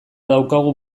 daukagu